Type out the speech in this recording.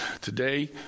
Today